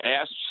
asked